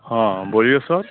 हँ बोलियौ सर